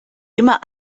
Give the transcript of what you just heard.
immer